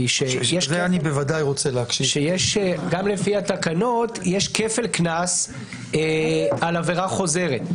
שגם לפי התקנות יש כפל קנס על עבירה חוזרת,